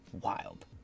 Wild